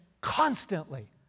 constantly